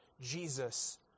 Jesus